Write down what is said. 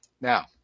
Now